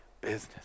business